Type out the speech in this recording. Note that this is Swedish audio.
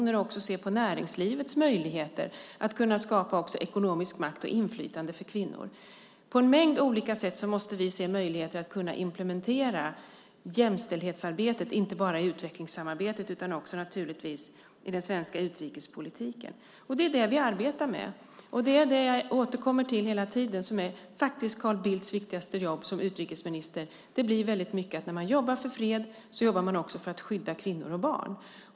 Man måste också se på näringslivets möjligheter att skapa ekonomisk makt och inflytande för kvinnor. På en mängd olika sätt måste vi se möjligheter att implementera jämställdhetsarbetet inte bara i utvecklingssamarbetet utan också i den svenska utrikespolitiken, naturligtvis. Det är det vi arbetar med, och det är det jag återkommer till hela tiden. Detta är faktiskt Carl Bildts viktigaste jobb som utrikesminister. Det blir mycket så att när man jobbar för fred så jobbar man också för att skydda kvinnor och barn.